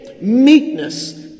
Meekness